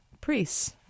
priests